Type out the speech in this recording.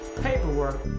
paperwork